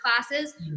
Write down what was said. classes